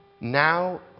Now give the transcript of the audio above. Now